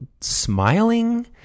Smiling